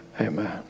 Amen